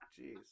jeez